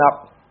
up